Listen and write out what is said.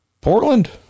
Portland